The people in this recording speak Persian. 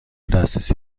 دسترسی